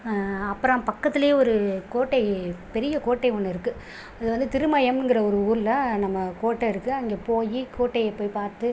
அப்புறம் பக்கத்திலேயே ஒரு கோட்டை பெரிய கோட்டை ஒன்று இருக்கு அது வந்து திருமயம்ங்கிற ஒரு ஊரில் நம்ம கோட்டை இருக்கு அங்கே போய் கோட்டையை போய் பார்த்து